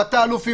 תתי-אלופים,